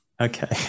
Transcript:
Okay